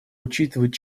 учитывать